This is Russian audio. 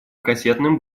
кассетным